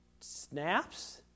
snaps